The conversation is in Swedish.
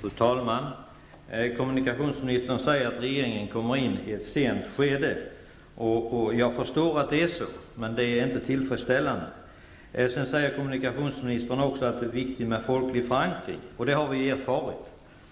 Fru talman! Kommunikationsministern säger att regeringen kommer in i ett sent skede. Jag förstår att det är så, men det är inte tillfredsställande. Kommunikationsministern säger också att det är viktigt med folklig förankring. Vi har erfarit